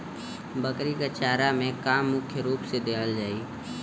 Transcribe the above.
बकरी क चारा में का का मुख्य रूप से देहल जाई?